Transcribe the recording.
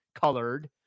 colored